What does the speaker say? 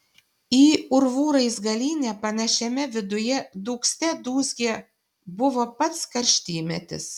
į urvų raizgalynę panašiame viduje dūgzte dūzgė buvo pats karštymetis